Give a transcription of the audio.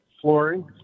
flooring